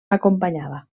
acompanyada